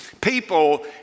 People